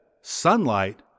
sunlight